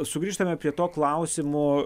sugrįžtame prie to klausimo